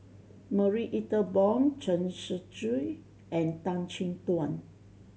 Marie Ethel Bong Chen Shiji and Tan Chin Tuan